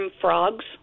frogs